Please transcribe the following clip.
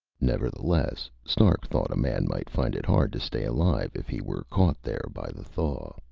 nevertheless, stark thought, a man might find it hard to stay alive if he were caught there by the thaw.